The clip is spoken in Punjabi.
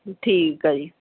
ਠੀਕ ਆ ਜੀ